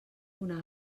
una